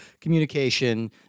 communication